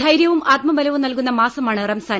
ധൈര്യവും ആത്മബലവും നൽകുന്ന മാസമാണ് റംസാൻ